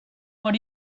what